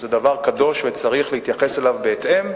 זה דבר קדוש וצריך להתייחס אליו בהתאם,